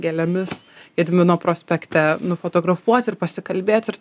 gėlėmis gedimino prospekte nufotografuoti ir pasikalbėti ir